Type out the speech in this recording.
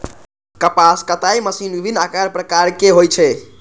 कपास कताइ मशीन विभिन्न आकार प्रकारक होइ छै